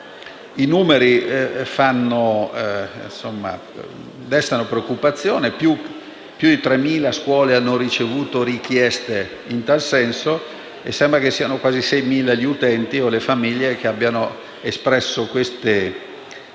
I numeri destano preoccupazione. Più di 3.000 scuole hanno ricevuto richieste in tal senso e sembra che siano quasi 6.000 gli utenti, o le famiglie, che hanno espresso queste necessità